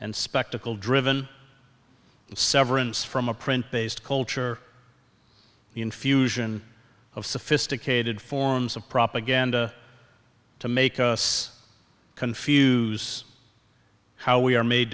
and spectacle driven severance from a print based culture the infusion of sophisticated forms of propaganda to make us confuse how we are made